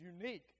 unique